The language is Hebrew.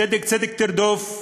צדק צדק תרדוף,